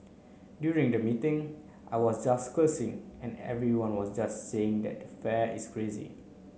during the meeting I was just cursing and everyone was just saying that the fare is crazy